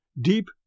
deep